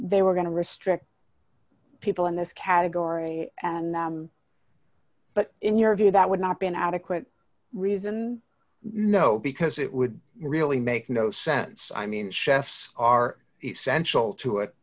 they were going to restrict people in this category and but in your view that would not be an adequate reason no because it would really make no sense i mean chefs are essential to it